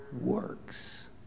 works